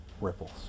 Ripples